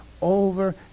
over